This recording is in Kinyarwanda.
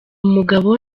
mugabo